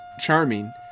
charming